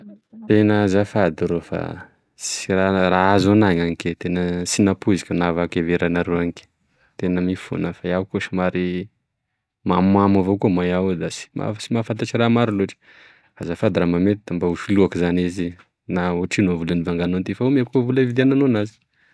Tena azafady rô fa sy ranara- nahazo anke tena sy napoiziko nahavaky e veranareo anky tena mifona ah fa iaho koa somary mamomamo avao koa ma iaho da tsy mafatatry raha maro loatry azafady raba mety da hosoloiko zany izy i na otrino vola nivanganao anazy ty fa omeko e vola ividiananao anazy.